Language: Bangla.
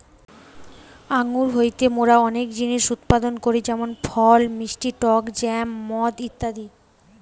আঙ্গুর হইতে মোরা অনেক জিনিস উৎপাদন করি যেমন ফল, মিষ্টি টক জ্যাম, মদ ইত্যাদি